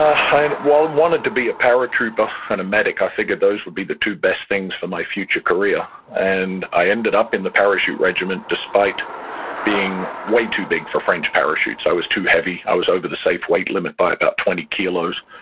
ah and well, wanted to be a paratrooper and a medic. i figured those would be the two best things for my future career. and i ended up in the parachute regiment, despite being way too big for french parachutes. i was too heavy. i was over the safe weight limit by about twenty kilos,